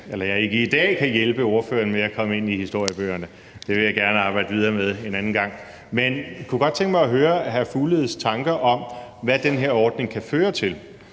jeg ikke i dag kan hjælpe ordføreren med at komme ind i historiebøgerne. Det vil jeg gerne arbejde videre med en anden gang. Men jeg kunne godt tænke mig at høre hr. Mads Fugledes tanker om, hvad den her ordning kan føre til.